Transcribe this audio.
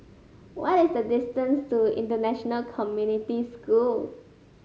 what is the distance to International Community School